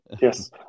Yes